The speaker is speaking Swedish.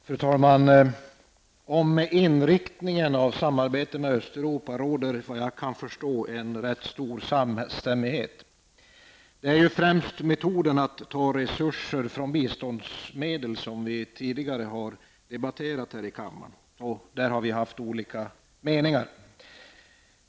Fru talman! Om inriktningen av samarbetet med Östeuropa råder såvitt jag kan förstå en rätt stor samstämmighet. Det är främst metoderna att ta resurser från biståndmedel, som vi tidigare har debatterat här i kammaren, som vi har haft olika meningar om.